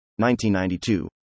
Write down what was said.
1992